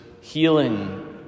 healing